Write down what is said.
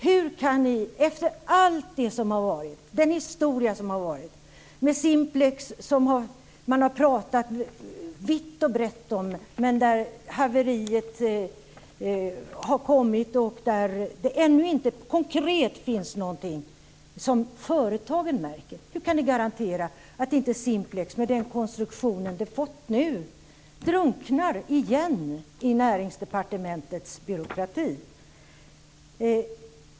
Hur kan ni efter allt det som har varit, den historia som har varit med Simplex, som man har talat vitt och brett om men där haverier har kommit och där det ännu inte konkret finns någonting som företagen märker, garantera att inte Simplex med den konstruktion som den fått drunknar igen i Näringsdepartementets byråkrati?